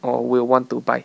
or will want to buy